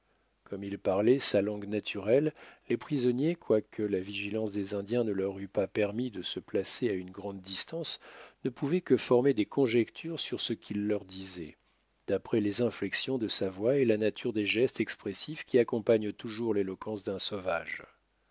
comme il parlait sa langue naturelle les prisonniers quoique la vigilance des indiens ne leur eût pas permis de se placer à une grande distance ne pouvaient que former des conjectures sur ce qu'il leur disait d'après les inflexions de sa voix et la nature des gestes expressifs qui accompagnent toujours l'éloquence d'un sauvage